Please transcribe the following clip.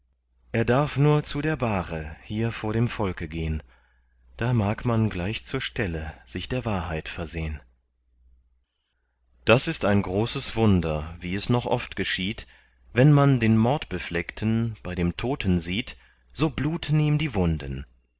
er darf nur zu der bahre hier vor dem volke gehn da mag man gleich zur stelle sich der wahrheit versehn das ist ein großes wunder wie es noch oft geschieht wenn man den mordbefleckten bei dem toten sieht so bluten ihm die wunden